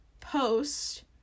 post